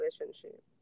relationship